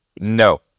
No